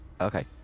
Okay